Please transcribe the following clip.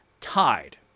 tied